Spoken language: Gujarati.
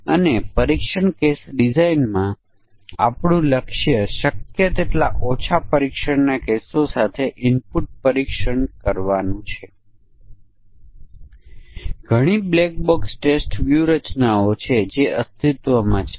તેથી આપણી પાસે અહીં એક વધુ હશે આપણે બધા સંભવિત સંયોજનોને ઇનપુટને ગણીએ છીએ પછી ભલે તે અમાન્ય હોય